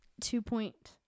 Two-point